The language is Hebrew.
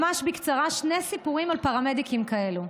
ממש בקצרה, שני סיפורים על פרמדיקים כאלה.